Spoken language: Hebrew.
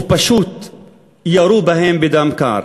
ופשוט ירו בהם בדם קר.